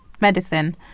medicine